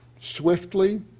swiftly